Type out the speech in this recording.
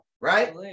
right